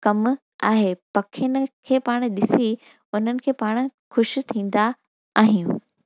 कमु आहे पखियुनि खे पाण ॾिसी उन्हनि खे पाण ख़ुशि थींदा आहियूं